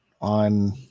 on